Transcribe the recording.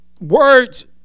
words